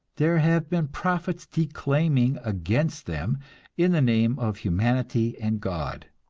there have been prophets declaiming against them in the name of humanity and god.